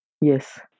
Yes